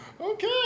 Okay